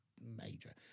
major